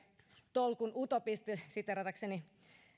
tolkun utopisti siteeratakseni